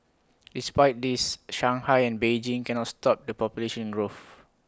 despite this Shanghai and Beijing cannot stop the population growth